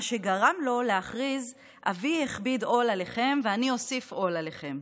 מה שגרם לו להכריז: "אבי הכביד את עֻלְּכם ואני אֹסִיף על עֻלְּכם,